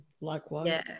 Likewise